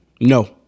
No